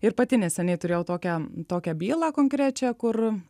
ir pati neseniai turėjau tokią tokią bylą konkrečią kur